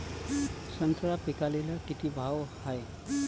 संत्रा पिकाले किती भाव हाये?